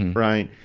right?